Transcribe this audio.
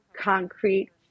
concrete